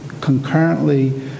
concurrently